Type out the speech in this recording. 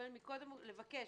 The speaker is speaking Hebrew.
לבקש